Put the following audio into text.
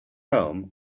home